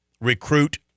recruit